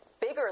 bigger